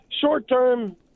short-term